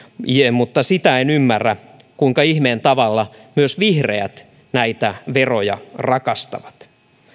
mutta sitä en ymmärrä kuinka ihmeen tavalla myös vihreät näitä veroja rakastavat